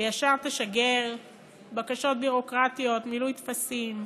וישר תשגר בקשות ביורוקרטיות: מילוי טפסים,